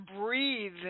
breathe